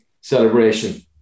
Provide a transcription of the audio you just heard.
celebration